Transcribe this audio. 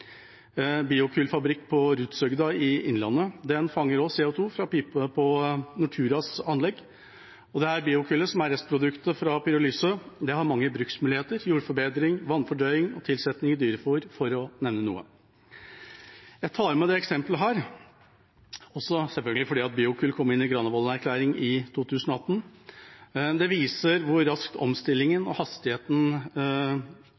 biokullfabrikk på Rudshøgda i Innlandet. Den fanger også CO 2 fra piper på Norturas anlegg. Dette biokullet, som er restproduktet fra pyrolyse, har mange bruksmuligheter: jordforbedring, vannfordrøying og tilsetning i dyrefôr, for å nevne noe. Jeg tar med dette eksempelet selvfølgelig også fordi biokull kom inn i Granavolden-plattformen i 2018. Det viser hvor raskt omstillingen